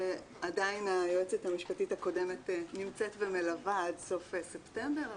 עדיין היועצת המשפטית הקודמת נמצאת ומלווה עד סוף ספטמבר,